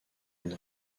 une